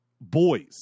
boys